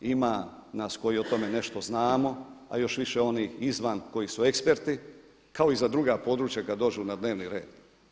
Ima nas koji o tome nešto znamo a još više onih izvan koji su eksperti kao i za druga područja kada dođu na dnevni red.